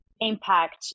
impact